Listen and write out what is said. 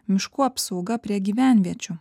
miškų apsauga prie gyvenviečių